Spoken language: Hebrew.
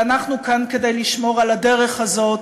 ואנחנו כאן כדי לשמור על הדרך הזאת,